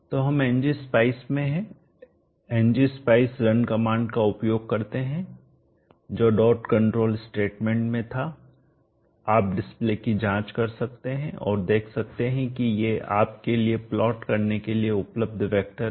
तो हम Ngspice में हैं Ngspice रन कमांड का उपयोग करते हैं जो डॉट कंट्रोल स्टेटमेंट में था आप डिस्प्ले की जांच कर सकते हैं और देख सकते हैं कि ये आपके लिए प्लॉट करने के लिए उपलब्ध वैक्टर हैं